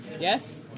Yes